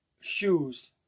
shoes